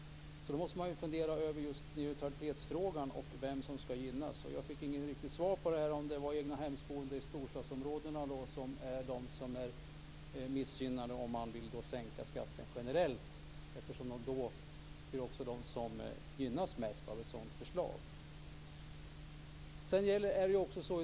Sedan måste man fundera över neutralitetsfrågan och vem som ska gynnas. Jag fick inget riktigt svar på om det var egnahemsboende i storstadsområdena som är de som är missgynnade. Om man sänker fastighetsskatten generellt blir det ju de som blir mest gynnade.